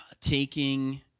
taking